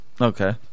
Okay